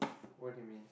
what do you mean